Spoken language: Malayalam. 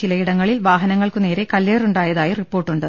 ചിലയിടങ്ങളിൽ വാഹനങ്ങൾക്കു നേരെ കല്പേറുണ്ടായതായി റിപ്പോർട്ടുണ്ട്